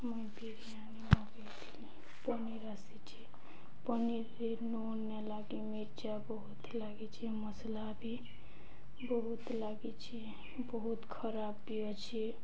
ମୁଇଁ ବିରିୟାନୀ ମଗାଇଥିଲି ପନିର ଆସିଛି ପନିରରେ ନୁନ ନେଲାକି ମିର୍ଚା ବହୁତ ଲାଗିଛି ମସଲା ବି ବହୁତ ଲାଗିଛି ବହୁତ ଖରାପ ବି ଅଛି